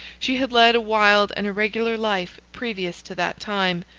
she had led a wild and irregular life previous to that time,